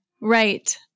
Right